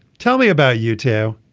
tell me about you two.